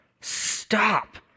stop